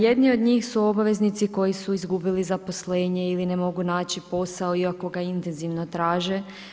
Jedni od njih su obveznici koji su izgubili zaposlenje ili ne mogu naći posao iako ga intenzivno traže.